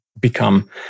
become